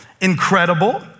incredible